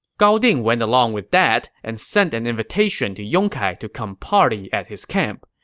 gao ding went along with that and sent an invitation to yong kai to come party at his camp.